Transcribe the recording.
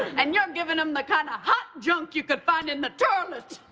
and you're giving them the kind of hot junk you can find in the toilet.